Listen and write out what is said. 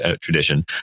tradition